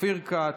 אופיר כץ,